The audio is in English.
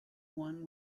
one